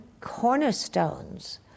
cornerstones